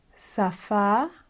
Safa